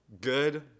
good